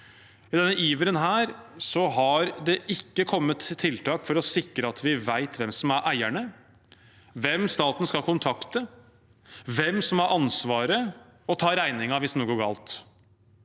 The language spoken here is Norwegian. den iveren har det ikke kommet tiltak for å sikre at vi vet hvem som er eierne, hvem staten skal kontakte, eller hvem som har ansvaret og tar regningen hvis noe går galt.